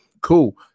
Cool